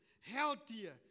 healthier